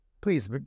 please